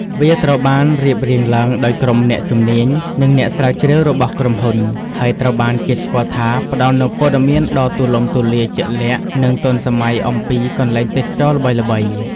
វាត្រូវបានរៀបរៀងឡើងដោយក្រុមអ្នកជំនាញ និងអ្នកស្រាវជ្រាវរបស់ក្រុមហ៊ុន ហើយត្រូវបានគេស្គាល់ថាផ្ដល់នូវព័ត៌មានដ៏ទូលំទូលាយ ជាក់លាក់ និងទាន់សម័យអំពីកន្លែងទេសចរណ៍ល្បីៗ.